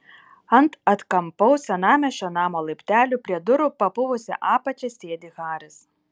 ant atkampaus senamiesčio namo laiptelių prie durų papuvusia apačia sėdi haris